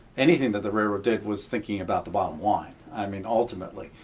anything that the railroad did, was thinking about the bottom line. i mean, ultimately,